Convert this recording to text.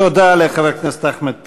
תודה לחבר הכנסת אחמד טיבי.